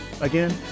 again